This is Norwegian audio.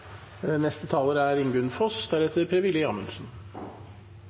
neste taler er